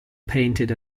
painted